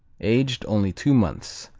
aged only two months.